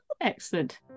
Excellent